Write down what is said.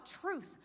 truth